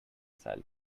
silent